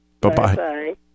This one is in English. Bye-bye